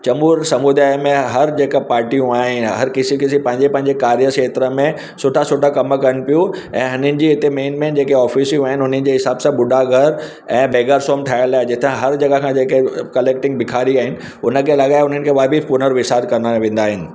चेंबूर समुदाय में हर जेका पार्टियूं आहिनि हर किसी किसी पंहिंजे पंहिंजे कार्य क्षेत्र में सुठा सुठा कम कनि पियूं ऐं हिननि जी हिते मेन मेन जेके ऑफ़िसियूं आहिनि हुननि जे हिसाब सां बुढा घरु ऐं वेगा शॉम ठहियल आहे जिथां हर जॻह खां जेके कलेक्टिंग भिखारी आहिनि उनखे लॻाए हुननि खे हुन बि पुनर विसार कंदा वेंदा आहिनि